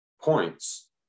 points